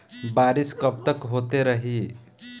बरिस कबतक होते रही?